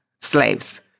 slaves